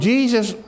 Jesus